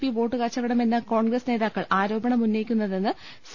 P വോട്ടു കച്ച വടമെന്ന് കോൺഗ്രസ് നേതാക്കൾ ആരോപണമുന്നയിക്കു ന്നതെന്ന് സി